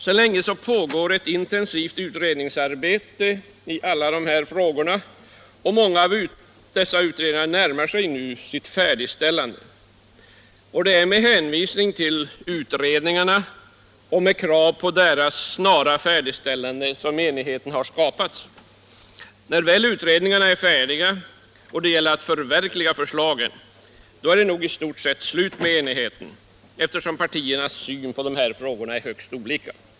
Sedan länge pågår ett intensivt utredningsarbete, och många av dessa utredningar närmar sig nu sitt färdigställande. Det är med hänvisning till dessa utredningar och med krav på att de snarast färdigställs. som enigheten har skapats. När utredningarna väl är färdiga och det gäller att förverkliga förslagen, då är det nog i stort sett slut med enigheten, eftersom partiernas syn på dessa frågor är högst olika.